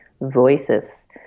voices